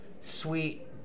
sweet